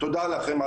תודה לכם.